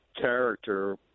character